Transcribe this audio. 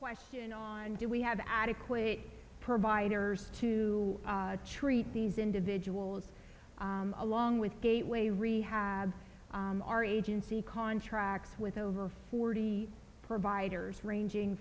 and do we have adequate providers to treat these individuals along with gateway rehab our agency contracts with over forty providers ranging